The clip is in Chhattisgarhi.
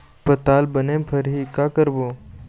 पताल बने फरही का करबो?